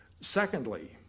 Secondly